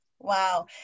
Wow